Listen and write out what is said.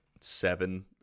seven